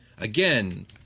again